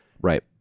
Right